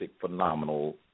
phenomenal